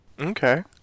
Okay